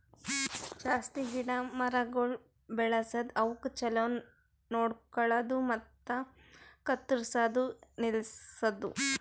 ಜಾಸ್ತಿ ಗಿಡ ಮರಗೊಳ್ ಬೆಳಸದ್, ಅವುಕ್ ಛಲೋ ನೋಡ್ಕೊಳದು ಮತ್ತ ಕತ್ತುರ್ಸದ್ ನಿಲ್ಸದು